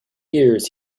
years